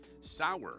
Sour